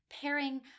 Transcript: pairing